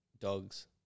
dogs